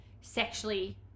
sexually